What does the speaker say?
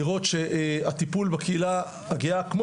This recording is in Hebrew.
היא לראות שהטיפול בקהילה הגאה כמו